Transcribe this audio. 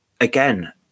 again